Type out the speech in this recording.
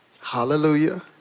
hallelujah